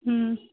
हूं